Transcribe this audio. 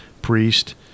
Priest